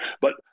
But-